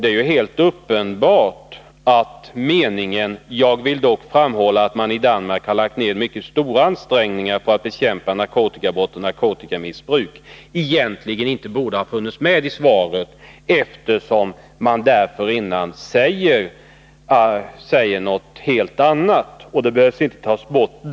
Det är helt uppenbart att meningen ”Jag vill dock framhålla att man i Danmark har lagt ned mycket stora ansträngningar på att bekämpa narkotikabrott och narkotikamissbruk” egentligen inte borde ha funnits med i svaret — dessförinnan sägs det ju något helt annat.